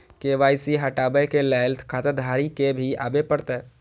KYC हटाबै के लैल खाता धारी के भी आबे परतै?